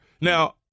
Now